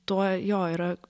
tuo jo yra